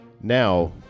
Now